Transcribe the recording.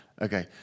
Okay